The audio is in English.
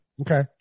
Okay